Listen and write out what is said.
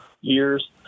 years